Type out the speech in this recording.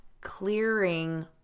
clearing